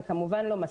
זה כמובן לא מספיק.